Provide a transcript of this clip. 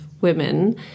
women